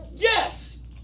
Yes